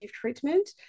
treatment